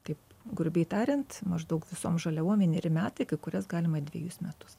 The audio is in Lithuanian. taip grubiai tariant maždaug visom žaliavom vieneri metai kai kurias galima dvejus metus